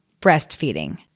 breastfeeding